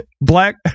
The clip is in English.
Black